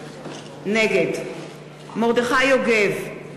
נגד מרדכי יוגב,